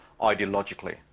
ideologically